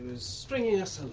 stringing us and